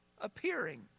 appearing